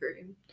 agree